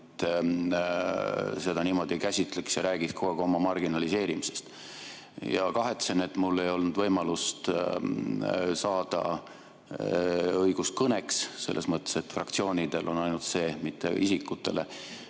seda niimoodi käsitleks ja räägiks kogu aeg oma marginaliseerimisest. Kahetsen, et mul ei olnud võimalust saada õigust kõneks, selles mõttes, et ainult fraktsioonidel on see, mitte isikutel. Ütlen